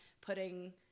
putting